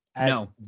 No